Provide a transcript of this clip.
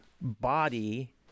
body